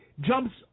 Jumps